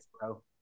bro